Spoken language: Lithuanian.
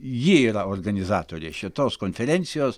ji yra organizatorė šitos konferencijos